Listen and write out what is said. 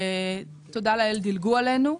תודה לאל דילגו עלינו.